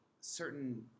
certain